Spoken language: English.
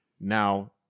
Now